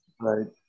right